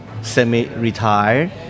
semi-retired